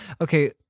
okay